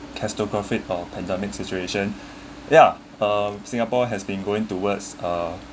catastrophic or pandemic situation ya um singapore has been going towards uh